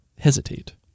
hesitate